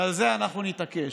ועל זה אנחנו נתעקש.